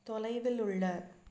தொலைவில் உள்ள